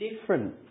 different